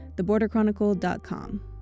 theborderchronicle.com